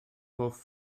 hoff